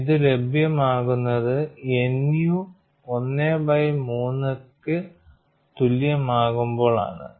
ഇത് ലഭ്യമാകുന്നത് nu 1 by 3 ക്ക് തുല്യമാകുമ്പോൾ ആണ്